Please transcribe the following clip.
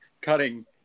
cutting